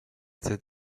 that